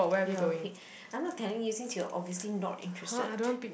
you are a pig I'm not telling you since you're obviously not interested